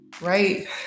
right